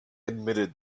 admitted